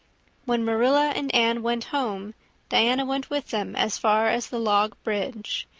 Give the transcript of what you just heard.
when marilla and anne went home diana went with them as far as the log bridge.